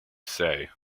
say